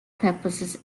purposes